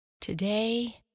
Today